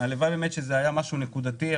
הלוואי וזה היה משהו נקודתי,